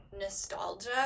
nostalgia